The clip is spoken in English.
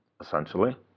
essentially